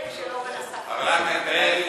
של אורן אסף חזן.